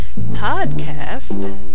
podcast